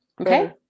Okay